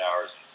hours